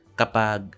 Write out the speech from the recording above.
kapag